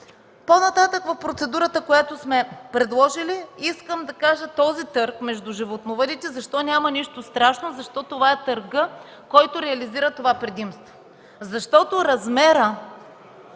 По-нататък, в процедурата, която сме предложили, искам да кажа за този търг между животновъдите – защо няма нищо страшно, защо това е търгът, който реализира това предимство. Защото размерът,